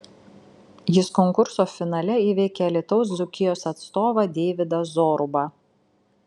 jis konkurso finale įveikė alytaus dzūkijos atstovą deividą zorubą